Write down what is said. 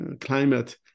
climate